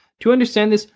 to understand this,